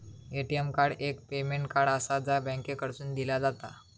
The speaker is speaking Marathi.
ए.टी.एम कार्ड एक पेमेंट कार्ड आसा, जा बँकेकडसून दिला जाता